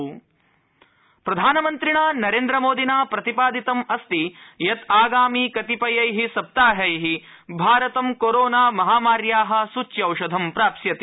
प्रधानमन्त्री प्रधानमन्त्रिणा नरेन्द्र मोदिना प्रतिपादितम् अस्ति यत् आगामि कतिपयैः सप्ताहैः भारतं कोरोना महामार्याः सूच्यौषधं प्राप्स्यति